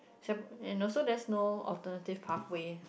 and also there's no alternative pathway